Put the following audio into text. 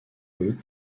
eux